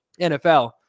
NFL